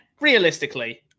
realistically